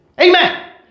Amen